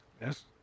Yes